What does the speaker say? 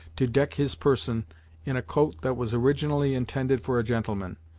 to deck his person in a coat that was originally intended for a gentleman.